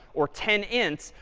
or ten ints,